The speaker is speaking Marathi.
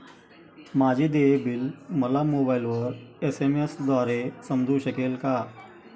माझे देय बिल मला मोबाइलवर एस.एम.एस द्वारे समजू शकेल का?